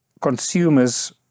consumers